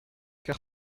car